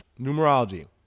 Numerology